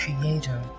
creator